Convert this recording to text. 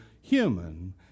human